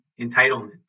entitlement